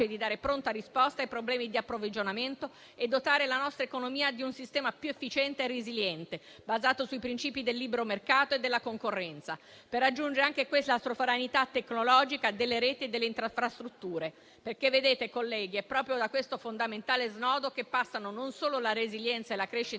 di dare pronta risposta ai problemi di approvvigionamento e dotare la nostra economia di un sistema più efficiente e resiliente, basato sui principi del libero mercato e della concorrenza, per raggiungere anche questa sovranità tecnologica delle reti e delle infrastrutture. Vedete, colleghi, è proprio da questo fondamentale snodo che passano, non solo la resilienza e la crescita